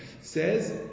says